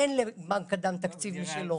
אין לבנק הדם תקציב משלו.